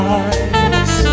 eyes